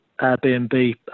Airbnb